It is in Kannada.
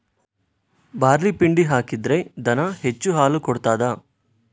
ಬಾರ್ಲಿ ಪಿಂಡಿ ಹಾಕಿದ್ರೆ ದನ ಹೆಚ್ಚು ಹಾಲು ಕೊಡ್ತಾದ?